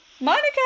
Monica